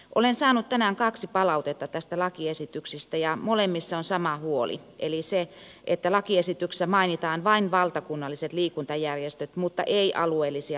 olen saanut tänään kaksi palautetta tästä lakiesityksestä ja molemmissa on sama huoli eli se että lakiesityksessä mainitaan vain valtakunnalliset liikuntajärjestöt mutta ei alueellisia liikuntajärjestöjä